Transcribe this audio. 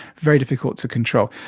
very difficult to control.